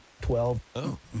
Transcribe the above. Twelve